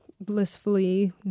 blissfully